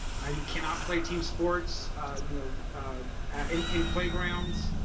ah you cannot play team sports you know and in playgrounds.